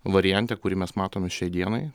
variante kurį mes matome šiai dienai